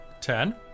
Ten